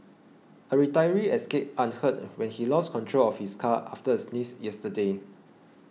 a retiree escaped unhurt when he lost control of his car after a sneeze yesterday